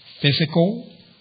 physical